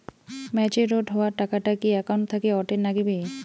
Matured হওয়া টাকাটা কি একাউন্ট থাকি অটের নাগিবে?